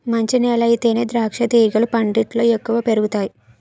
మంచి నేలయితేనే ద్రాక్షతీగలు పందిట్లో ఎక్కువ పెరుగతాయ్